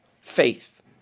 faith